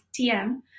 TM